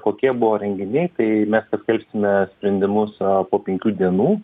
kokie buvo renginiai tai mes skelbsime sprendimus a po penkių dienų